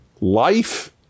Life